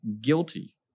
guilty